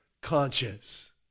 conscious